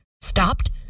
Stopped